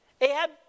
Ahab